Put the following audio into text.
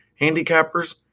handicappers